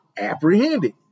apprehended